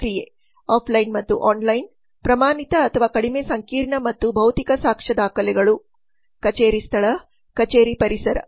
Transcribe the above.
ಪ್ರಕ್ರಿಯೆ ಆಫ್ಲೈನ್ ಮತ್ತು ಆನ್ಲೈನ್ ಪ್ರಮಾಣಿತ ಅಥವಾ ಕಡಿಮೆ ಸಂಕೀರ್ಣ ಮತ್ತು ಭೌತಿಕ ಸಾಕ್ಷ್ಯ ದಾಖಲೆಗಳು ಕಚೇರಿ ಸ್ಥಳ ಕಚೇರಿ ಪರಿಸರ